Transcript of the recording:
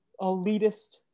elitist